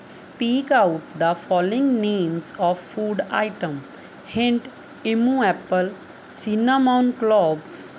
speak out the following names of food items hint emu apple cinnamon clocks